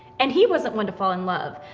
and he wasn't one to fall in love.